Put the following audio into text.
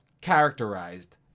characterized